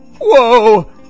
whoa